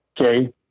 Okay